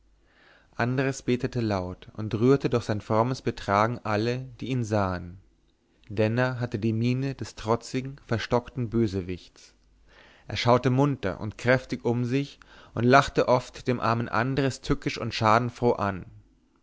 andres betete laut und rührte durch sein frommes betragen alle die ihn sahen denner hatte die miene des trotzigen verstockten bösewichts er schaute munter und kräftig um sich und lachte oft den armen andres tückisch und schadenfroh an